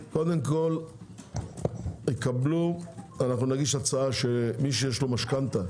קודם כל, אנחנו נגיש הצעה שמי שיש לו משכנתה